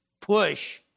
push